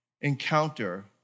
encounter